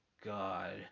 God